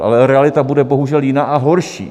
Ale realita bude bohužel jiná, a horší.